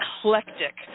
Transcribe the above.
eclectic